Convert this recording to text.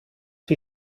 die